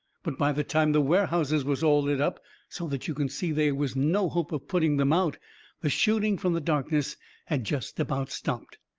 but by the time the warehouses was all lit up so that you could see they was no hope of putting them out the shooting from the darkness had jest about stopped.